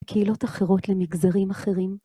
קהילות אחרות למגזרים אחרים.